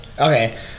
Okay